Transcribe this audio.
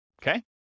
okay